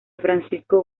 francisco